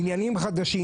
עניינים חדשים,